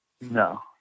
No